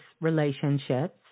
relationships